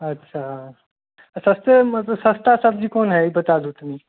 अच्छा सस्तेमे सस्ता सब्जी कोन हइ ई बता दू तनि